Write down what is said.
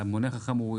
חכם.